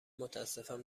متاسفم